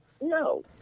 No